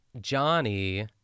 Johnny